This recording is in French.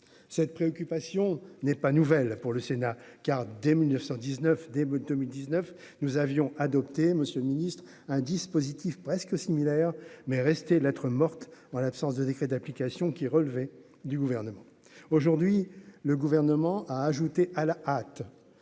cette préoccupation n'est pas nouvelle pour le Sénat, car dès 1919 des 2019 nous avions adopté, Monsieur le Ministre, un dispositif presque similaire mais resté lettre morte en l'absence de décrets d'application qui relevait du gouvernement aujourd'hui, le gouvernement a ajouté à la hâte